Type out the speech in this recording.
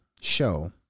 show